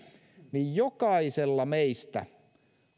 niin jokaisella meistä